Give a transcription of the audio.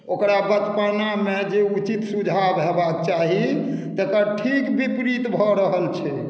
ओकरा बचपनामे जे उचित सुविधा हेबाके चाही तेकर ठीक विपरीत भऽ रहल छै